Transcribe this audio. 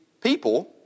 people